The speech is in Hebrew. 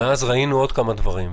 מאז ראינו עוד כמה דברים,